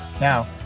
Now